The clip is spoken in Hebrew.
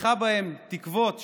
מפיחה בהן תקוות שווא.